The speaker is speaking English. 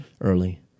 Early